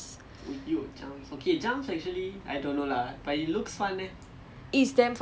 ya so I finished four hundred then he pushed me to go for jumps